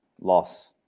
Loss